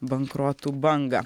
bankrotų bangą